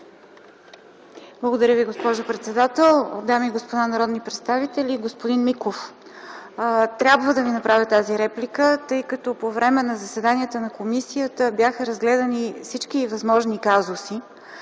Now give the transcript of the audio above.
Благодаря Ви, госпожо председател. Дами и господа народни представители! Господин Миков, трябва да Ви направя тази реплика, тъй като по време на заседанията на комисията бяха разгледани всички възможни казуси